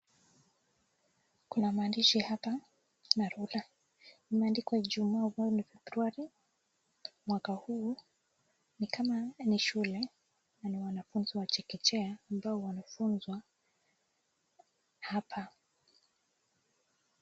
Kuna maandishi hapa na rula. Imeandikwa Ijumaa ambao ni Februari mwaka huu. Ni kama ni shule na ni wanafunzi wa chekechea ambao wanafunzwa hapa.